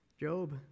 Job